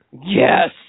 Yes